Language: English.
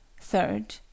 Third